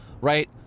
right